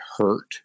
hurt